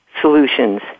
solutions